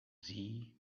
sea